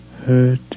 hurt